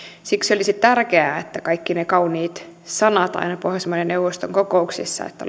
siksi olisi tärkeää että kaikki ne kauniit sanat aina pohjoismaiden neuvoston kokouksissa että